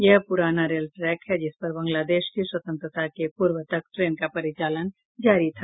यह पुराना rail track है जिसपर बांगलादेश की स्वतंत्रता के पूर्व तक ट्रेन का परिचालन जारी था